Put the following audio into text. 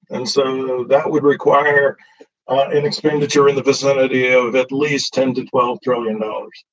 and so that would require an expenditure in the vicinity of at least ten to twelve through your nose,